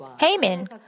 Haman